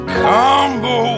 combo